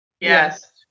Yes